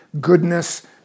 goodness